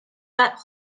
got